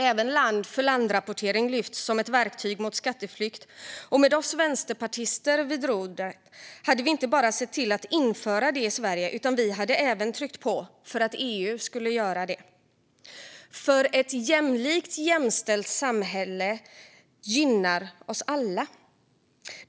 Även land-för-land-rapportering lyfts som ett verktyg mot skatteflykt, och med oss vänsterpartister vid rodret hade vi inte bara sett till att införa det i Sverige - vi hade vi hade även tryckt på för att EU skulle göra det. Ett jämlikt och jämställt samhälle gynnar nämligen oss alla.